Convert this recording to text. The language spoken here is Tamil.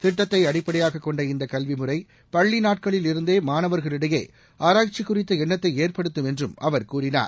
திட்டத்தை அடிப்படையாகக் கொண்ட இந்தக் கல்விமுறை பள்ளி நாட்களில் இருந்தே மாணவர்களிடையே ஆராய்ச்சி குறித்த எண்ணத்தை ஏற்படுத்தும் என்றும் அவர் கூறினார்